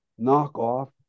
knockoff